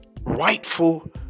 rightful